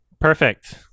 Perfect